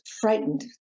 frightened